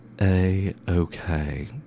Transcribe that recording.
a-okay